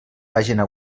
pàgina